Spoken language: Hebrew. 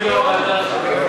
החוק, את הוועדה הזאת.